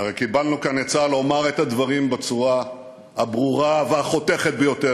הרי קיבלנו כאן עצה לומר את הדברים בצורה הברורה והחותכת ביותר.